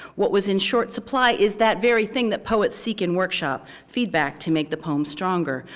what was in short supply is that very thing that poets seek and worship feedback to make the poem stronger.